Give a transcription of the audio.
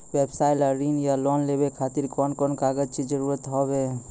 व्यवसाय ला ऋण या लोन लेवे खातिर कौन कौन कागज के जरूरत हाव हाय?